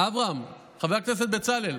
חבר הכנסת אברהם בצלאל,